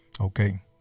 okay